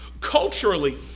culturally